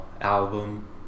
album